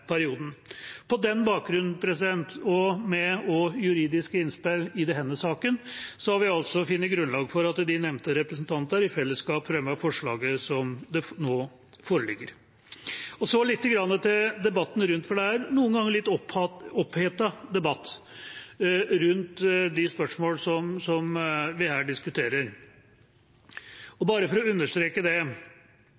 perioden. På denne bakgrunnen, og også med juridiske innspill i saken, har vi altså funnet grunnlag for at de nevnte representantene i fellesskap fremmer forslaget slik det nå foreligger. Så litt til debatten rundt, for det er noen ganger en litt opphetet debatt rundt de spørsmålene vi her diskuterer. Bare for å understreke det: Det er noen som prøver å framstille det som